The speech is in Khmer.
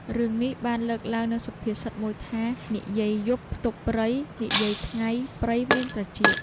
រឿងនេះបានលើកឡើងនូវសុភាសិតមួយថា "និយាយយប់ផ្ទប់ព្រៃ និយាយថ្ងៃព្រៃមានត្រចៀក"។